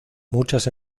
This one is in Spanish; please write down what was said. muchas